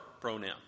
pronoun